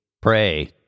Pray